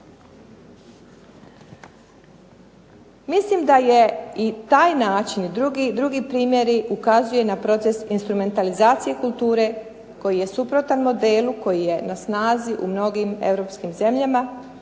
Mislim da je i taj način i drugi primjeri ukazuju na proces instrumentalizacije kulture koji je suprotan modelu koji je na snazi u mnogim europskim zemljama